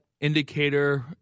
indicator